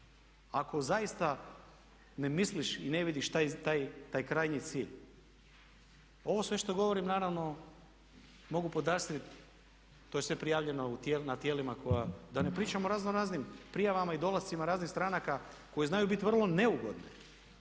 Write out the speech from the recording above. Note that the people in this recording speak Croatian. ako zaista ne misliš i ne vidiš taj krajnji cilj. Ovo sve što govorim naravno mogu podastrijeti, to je sve prijavljeno na tijelima koja, da ne pričam o razno raznim prijavama i dolascima raznih stranaka koji znaju biti vrlo neugodne,